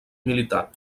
militar